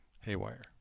haywire